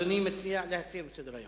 אדוני מציע להסיר מסדר-היום?